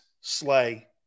Slay